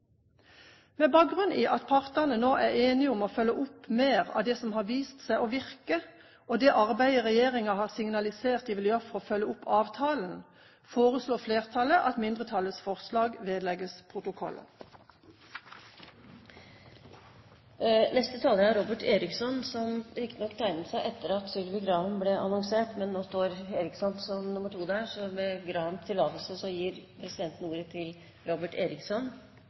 Med bakgrunn i at partene nå er enige om å følge opp mer av det som har vist seg å virke, og det arbeidet regjeringen har signalisert den vil gjøre for å følge opp avtalen, foreslår flertallet at mindretallets forslag vedlegges protokollen. La meg først få lov til å rette en takk til forslagsstillerne, som har fremmet et viktig forslag. Det er en viktig debatt i kjølvannet av oppfølgingen av sykefraværsdebatten. Jeg registrerer at forrige taler avsluttet sitt innlegg med å si at man nå